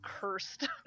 cursed